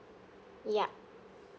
yup